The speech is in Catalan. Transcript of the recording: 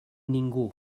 ningú